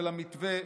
של המתווה,